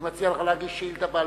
אני מציע לך להגיש שאילתא בעל-פה,